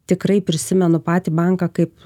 tikrai prisimenu patį banką kaip